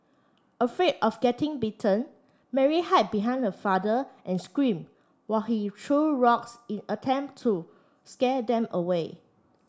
afraid of getting bitten Mary hide behind her father and screamed while he threw rocks in attempt to scare them away